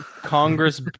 Congress